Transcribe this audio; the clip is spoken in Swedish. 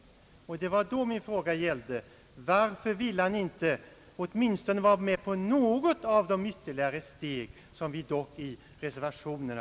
Det var detta min fråga gällde: Varför vill han då inte åtminstone vara med på något av de ytterligare steg som vi föreslår i reservationerna?